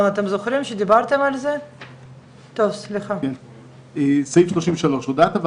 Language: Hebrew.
מה